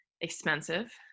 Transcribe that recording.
expensive